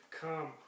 come